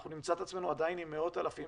אנחנו נמצא את עצמנו עדיין עם מאות אלפים